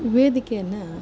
ವೇದಿಕೆಯನ್ನು